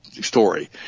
story